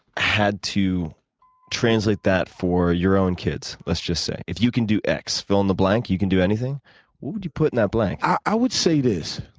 had to translate that for your own kids, let's just say if you can do x fill in the blank you can do anything what would you put in that blank? i would say this.